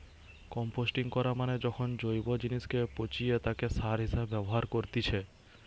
composting করা মানে যখন জৈব জিনিসকে পচিয়ে তাকে সার হিসেবে ব্যবহার করেতিছে